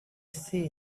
see